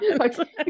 okay